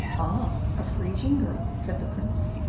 ah! a frisian girl, said the prince,